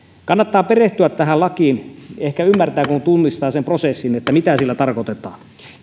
kannattaa perehtyä tähän lakiin ehkä ymmärtää kun tunnistaa sen prosessin mitä sillä tarkoitetaan